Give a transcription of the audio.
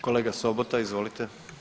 Kolega Sobota, izvolite.